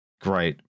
Great